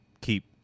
keep